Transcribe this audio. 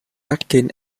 atkins